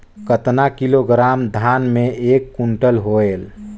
कतना किलोग्राम धान मे एक कुंटल होयल?